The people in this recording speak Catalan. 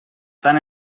tant